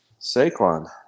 Saquon